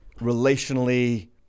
relationally